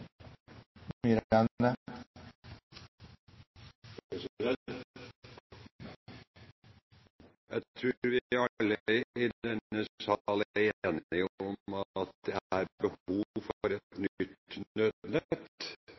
vi alle i denne sal er enige om at det er behov for et nytt nødnett.